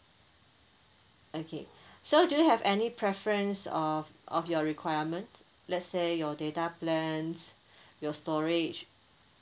okay so do you have any preference of of your requirement let's say your data plans your storage